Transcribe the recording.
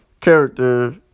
character